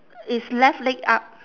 it's left leg up